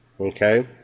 okay